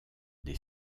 des